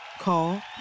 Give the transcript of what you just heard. Call